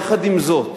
יחד עם זאת,